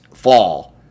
fall